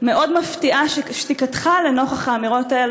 מאוד מפתיעה שתיקתך לנוכח האמירות האלה,